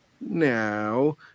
now